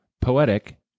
poetic